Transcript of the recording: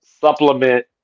supplement